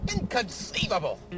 Inconceivable